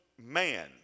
man